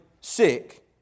sick